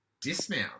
dismount